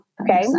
Okay